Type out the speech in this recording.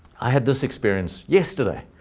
i had this experience yesterday,